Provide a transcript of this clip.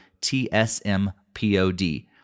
T-S-M-P-O-D